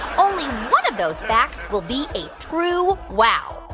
only one of those facts will be a true wow.